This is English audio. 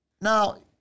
Now